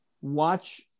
watch